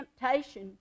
temptation